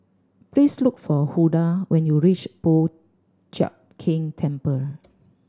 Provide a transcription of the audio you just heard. please look for Hulda when you reach Po Chiak Keng Temple